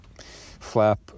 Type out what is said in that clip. flap